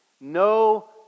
No